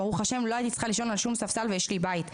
ברוך השם לא הייתי צריכה לישון על שום ספסל ויש לי בית,